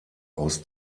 aus